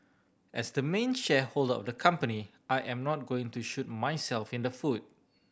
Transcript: as the main shareholder of the company I am not going to shoot myself in the foot